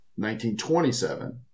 1927